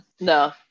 no